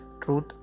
Truth